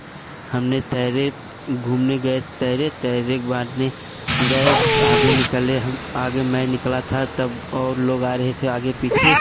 हमने तैरे घूमने गए तैरे तैरे के बाद में गए आगे निकले हम आगे मैं निकला था तब और लोग आ रहे थे आगे पीछे